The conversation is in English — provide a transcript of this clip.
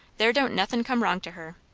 there don't nothin' come wrong to her.